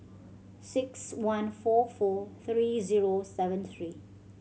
six one four four three zero seven three